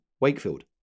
Wakefield